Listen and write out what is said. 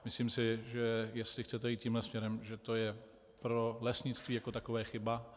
Myslím si, že jestli chcete jít tímto směrem, že to je pro lesnictví jako takové chyba.